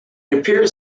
appears